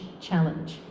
challenge